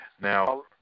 now